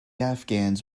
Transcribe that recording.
afghans